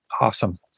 Awesome